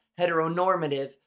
heteronormative